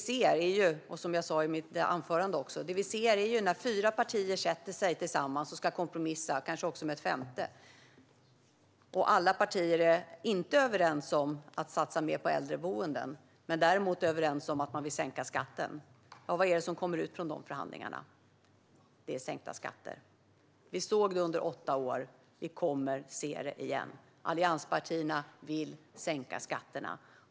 Som jag sa i mitt anförande är det vi ser att fyra partier sätter sig tillsammans och ska kompromissa, och kanske också med ett femte, och att alla partier inte är överens om att satsa mer på äldreboenden men däremot överens om att de vill sänka skatten. Vad är det som kommer ut från de förhandlingarna? Det är sänkta skatter. Vi såg det under åtta år. Vi kommer att se det igen. Allianspartierna vill sänka skatterna.